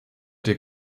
der